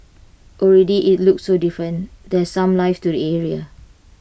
already IT looks so different there's some life to the area